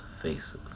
faces